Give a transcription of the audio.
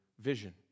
vision